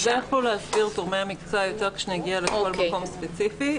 זה יוכלו להסביר גורמי המקצוע יותר כשנגיע לכל מקום ספציפי.